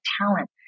talent